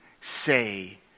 say